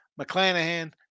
McClanahan